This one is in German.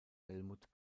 helmut